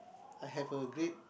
I have a great